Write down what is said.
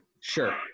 Sure